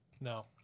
No